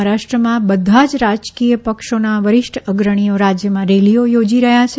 મહારાષ્ટ્રમાં બધા જ રાજકીય પક્ષોના વરિષ્ઠ અગ્રણીઓ રાજયમાં રેલીઓ થોજી રહયા છે